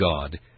God